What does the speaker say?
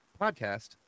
podcast